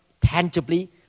tangibly